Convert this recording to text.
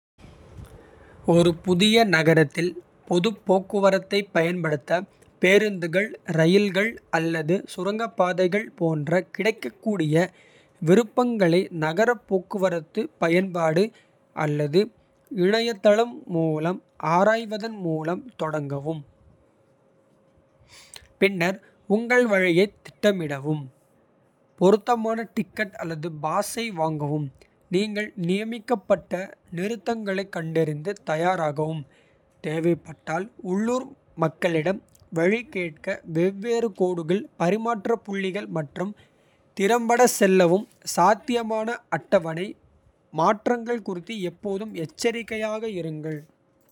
ஒரு புதிய நகரத்தில் பொதுப் போக்குவரத்தைப் பயன்படுத்த. பேருந்துகள் ரயில்கள் அல்லது சுரங்கப்பாதைகள். போன்ற கிடைக்கக்கூடிய விருப்பங்களை நகரப். போக்குவரத்து பயன்பாடு அல்லது இணையதளம். மூலம் ஆராய்வதன் மூலம் தொடங்கவும் பின்னர். உங்கள் வழியைத் திட்டமிடவும் பொருத்தமான. டிக்கெட் அல்லது பாஸை வாங்கவும் நீங்கள். நியமிக்கப்பட்ட நிறுத்தங்களைக் கண்டறிந்து. தயாராகவும் தேவைப்பட்டால் உள்ளூர் மக்களிடம். வழி கேட்க வெவ்வேறு கோடுகள் பரிமாற்ற. புள்ளிகள் மற்றும் திறம்பட செல்லவும் சாத்தியமான. அட்டவணை மாற்றங்கள் குறித்து எப்போதும் எச்சரிக்கையாக இருங்கள்.